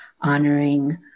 honoring